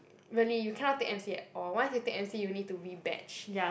really you cannot take m_c at all once you take m_c you need to rebatch